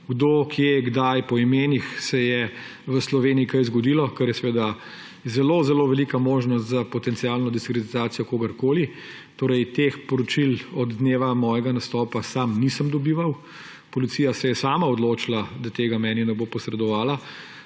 kdo, kje, kdaj, po imenih se je v Sloveniji kaj zgodilo, kar je zelo velika možnost za potencialno diskreditacijo kogarkoli. Teh poročil od dneva mojega nastopa sam nisem dobival. Policija se je sama odločila, da tega meni ne bo posredovala.